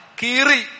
kiri